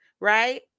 right